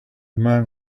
man